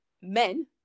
men